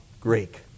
Greek